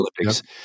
Olympics